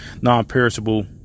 non-perishable